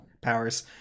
powers